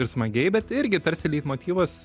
smagiai bet irgi tarsi leitmotyvas